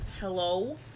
Hello